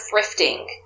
thrifting